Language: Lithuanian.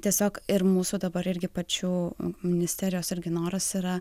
tiesiog ir mūsų dabar irgi pačių ministerijos irgi noras yra